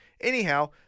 Anyhow